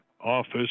office